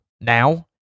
now